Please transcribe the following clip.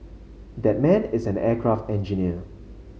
that man is an aircraft engineer